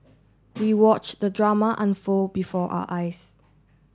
we watched the drama unfold before our eyes